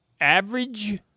Average